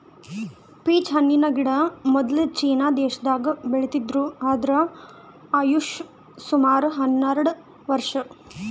peach ಹಣ್ಣಿನ್ ಗಿಡ ಮೊದ್ಲ ಚೀನಾ ದೇಶದಾಗ್ ಬೆಳಿತಿದ್ರು ಇದ್ರ್ ಆಯುಷ್ ಸುಮಾರ್ ಹನ್ನೆರಡ್ ವರ್ಷ್